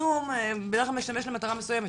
זום בדרך-כלל משמש למטרה מסוימת,